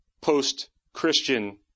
post-Christian